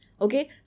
okay